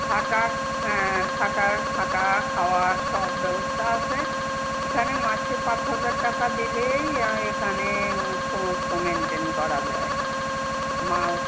থাকার হ্যাঁ থাকার থাকা খাওয়ার সব ব্যবস্থা আছে এখানে মাছের পাঁচ হাজার টাকা দিলেই এখানে সমস্ত মেনটেন করা যায় মা